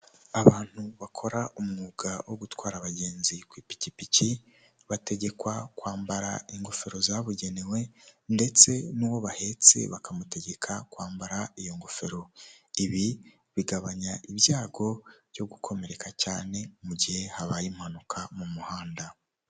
Ihahiro ririmo ibicuruzwa byinshi bitandukanye, hakubiyemo ibyoku kurya urugero nka biswi, amasambusa, amandazi harimo kandi n'ibyo kunywa nka ji, yahurute n'amata.